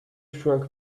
shrunk